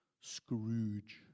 Scrooge